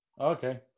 Okay